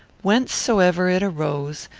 whencesoever it arose,